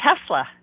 Tesla